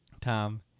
Tom